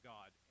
God